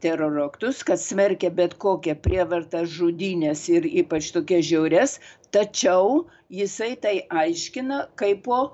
teroro aktus kad smerkia bet kokią prievartą žudynes ir ypač tokias žiaurias tačiau jisai tai aiškina kaip o